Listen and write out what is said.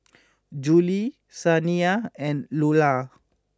Juli Saniyah and Lular